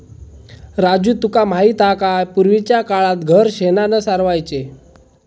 राजू तुका माहित हा काय, पूर्वीच्या काळात घर शेणानं सारवायचे